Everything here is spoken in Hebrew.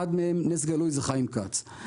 אחד מהם נס גלוי זה חיים כץ.